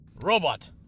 Robot